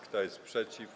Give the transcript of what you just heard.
Kto jest przeciw?